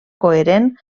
coherent